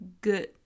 good